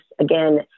again